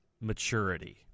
Maturity